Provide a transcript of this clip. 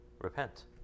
repent